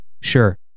Sure